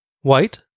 White